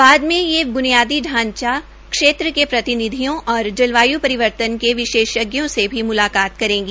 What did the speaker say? बाद में वे ब्नियादी ांचा क्षेत्र के प्रतिनिधियों और जलवायू परिवर्तन के विशेषज्ञों से भी मुलाकात करेगी